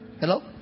Hello